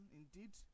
indeed